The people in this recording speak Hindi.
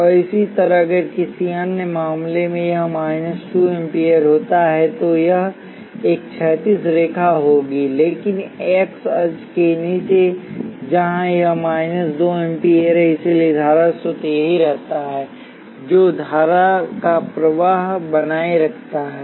और इसी तरह अगर किसी अन्य मामले में यह माइनस 2 एम्पीयर होता है तो यह एक क्षैतिज रेखा होगी लेकिन एक्स अक्ष के नीचे जहां यह माइनस 2 एम्पीयर है इसलिए धारा स्रोत यही करता है जो धारा का प्रवाह बनाए रखता है